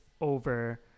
over